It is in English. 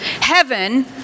heaven